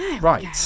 Right